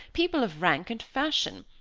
people of rank and fashion,